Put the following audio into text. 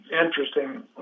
Interesting